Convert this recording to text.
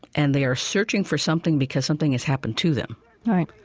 and they are searching for something, because something has happened to them right